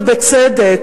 ובצדק,